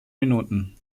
minuten